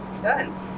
done